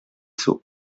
sceaux